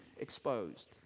exposed